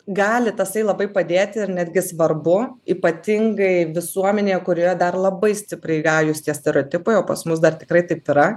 gali tasai labai padėti ir netgi svarbu ypatingai visuomenėje kurioje dar labai stipriai gajūs tie stereotipai o pas mus dar tikrai taip yra